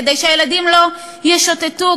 כדי שהילדים לא ישוטטו,